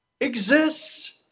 exists